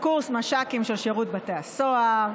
לקורס מש"קים של שירות בתי הסוהר,